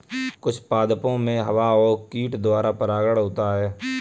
कुछ पादपो मे हवा और कीट द्वारा परागण होता है